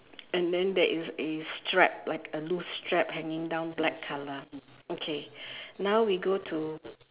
and then there is a strap like a loose strap hanging down black colour okay now we go to